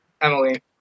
Emily